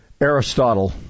Aristotle